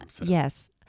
Yes